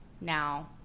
now